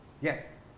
Yes